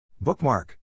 bookmark